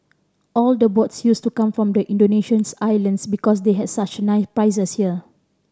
all the boats used to come from the Indonesian's islands because they had such nice prizes here